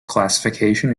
classification